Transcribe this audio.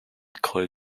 coil